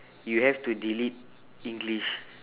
you have to delete english